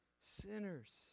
sinners